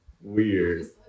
weird